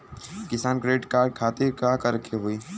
किसान credit card खातिर का करे के होई?